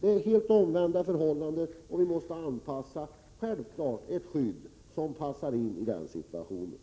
Det är helt omvända förhållanden och vi måste självfallet ha ett skydd som passar in i den situationen.